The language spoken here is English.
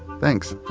thanks